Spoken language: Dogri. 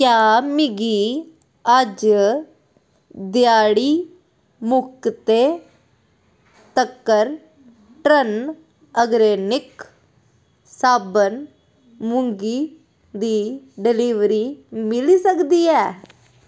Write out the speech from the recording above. क्या मिगी अज्ज ध्याड़ी मुकदे तक्कर ट्रन ऑर्गेनिक साबन मुंगी दी डिलीवरी मिली सकदी ऐ